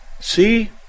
see